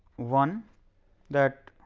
one that